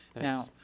Now